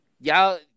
y'all